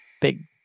big